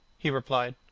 he replied,